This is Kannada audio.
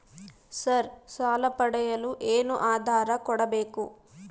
ಸರ್ ಸಾಲ ಪಡೆಯಲು ಏನು ಆಧಾರ ಕೋಡಬೇಕು?